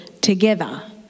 together